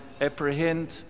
apprehend